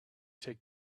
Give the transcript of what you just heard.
take